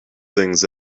things